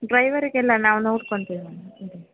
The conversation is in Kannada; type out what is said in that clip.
ಡ್ರೈವರಿಗೆಲ್ಲ ನಾವು ನೋಡ್ಕೊಳ್ತೀವಿ ಮ್ಯಾಮ್ ಇದು